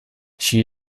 she